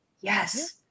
Yes